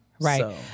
Right